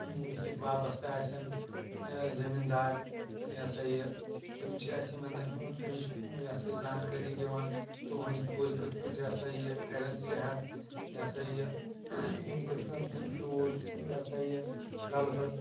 سۭتۍ وابستہٕ آسٮ۪ن زٔمیٖن دار یہِ سا یہِ تِم چھِ اَسہِ یِمَن ہَمیشہٕ یہِ ہسا یہِ زانکٲری دِوان تُہُنٛدۍ کُلۍ کِتھٕ پٲٹھۍ یہِ سا یہِ کَران صحت یہِ سا یہِ یِم کِتھٕ پٲٹھۍ دِنۍ فرٛوٗٹ یہِ سا یہِ گَلبہٕ